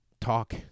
talk